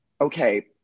okay